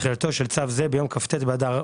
תחילה 4. תחילתו של צו זה ביום כ"ט באדר ב'